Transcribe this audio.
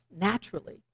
naturally